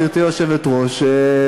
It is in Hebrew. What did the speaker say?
גברתי היושבת-ראש,